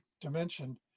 dimension